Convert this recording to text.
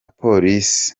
police